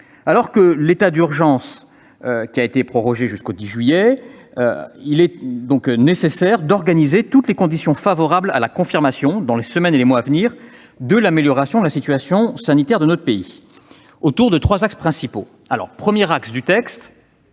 Alors que l'état d'urgence a été prorogé jusqu'au 10 juillet, il est nécessaire de créer toutes les conditions favorables à la confirmation, dans les semaines et les mois à venir, de l'amélioration de la situation sanitaire de notre pays. Pour ce faire, le texte